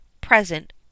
present